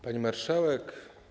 Pani Marszałek!